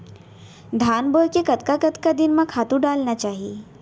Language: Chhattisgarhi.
धान बोए के कतका कतका दिन म खातू डालना चाही?